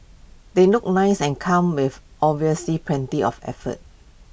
they look nice and come with obviously plenty of effort